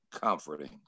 comforting